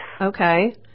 Okay